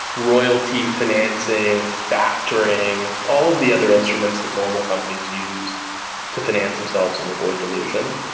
royalty, financing, factoring, all of the other instruments that normal companies use to finance themselves and avoid dilution.